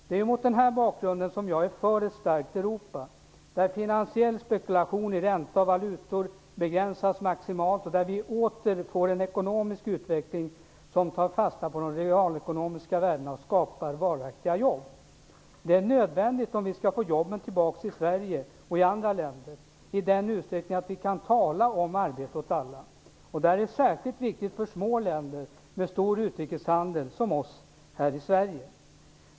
Det är mot den bakgrunden som jag är för ett starkt Europa, där finansiell spekulation i ränta och valutor begränsas maximalt och där vi åter får en ekonomisk utveckling som tar fasta på de realekonomiska värdena och skapar varaktiga jobb. Det är nödvändigt om vi skall få jobben tillbaka i Sverige och i andra länder i den utsträckningen att vi kan tala om arbete åt alla. Detta är särskilt viktigt för små länder med stor utrikeshandel som oss här i Sverige.